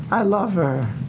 i love her,